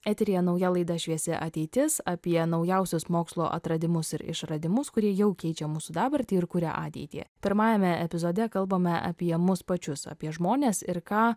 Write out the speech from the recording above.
eteryje nauja laida šviesi ateitis apie naujausius mokslo atradimus ir išradimus kurie jau keičia mūsų dabartį ir kuria ateitį pirmajame epizode kalbame apie mus pačius apie žmones ir ką